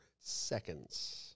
seconds